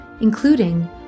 including